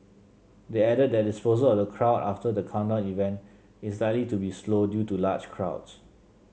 they added that dispersal of the crowd after the countdown event is likely to be slow due to large crowds